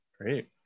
great